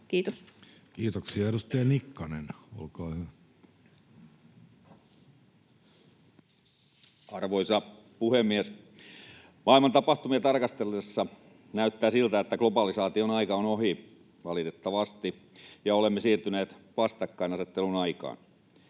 Kiitos. Kiitoksia. — Edustaja Nikkanen, olkaa hyvä. Arvoisa puhemies! Maailman tapahtumia tarkastellessa näyttää siltä, että globalisaation aika on ohi, valitettavasti, ja olemme siirtyneet vastakkainasettelun aikaan.